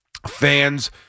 fans